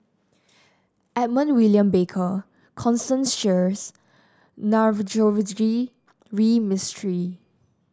Edmund William Barker Constance Sheares Navroji V Mistri